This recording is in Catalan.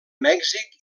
mèxic